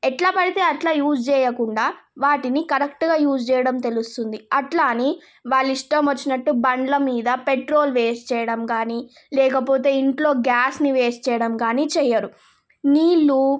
ఎట్లా పడితే అట్లా యూస్ చేేయకుండా వాటిని కరెక్ట్గా యూజ్ చేయడం తెలుస్తుంది అట్లా అని వాళ్ళ ఇష్టం వచ్చినట్టు బండ్ల మీద పెట్రోల్ వేస్ట్ చేయడం కానీ లేకపోతే ఇంట్లో గ్యాస్ని వేస్ట్ చేయడం కానీ చేయారు నీళ్ళు